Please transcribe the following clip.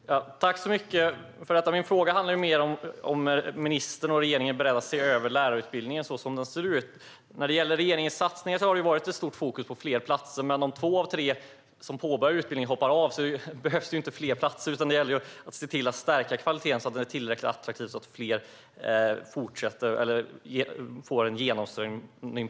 Fru talman! Tack så mycket för detta! Men min fråga handlade mer om huruvida ministern och regeringen är beredda att se över lärarutbildningen så som den ser ut. När det gäller regeringens satsningar har det varit stort fokus på fler platser. Men om två av tre som påbörjar utbildningen hoppar av behövs det ju inte fler platser, utan det gäller att stärka kvaliteten så att utbildningen är tillräckligt attraktiv och man får en genomströmning.